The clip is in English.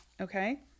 Okay